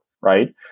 Right